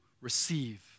receive